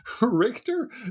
Richter